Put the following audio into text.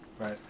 right